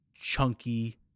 Chunky